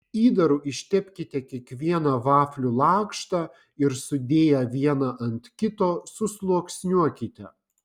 įdaru ištepkite kiekvieną vaflių lakštą ir sudėję vieną ant kito susluoksniuokite